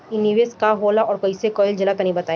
इ निवेस का होला अउर कइसे कइल जाई तनि बताईं?